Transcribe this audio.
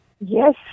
Yes